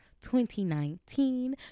2019